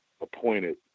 appointed